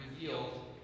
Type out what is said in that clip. revealed